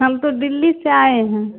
हम तो दिल्ली से आए हैं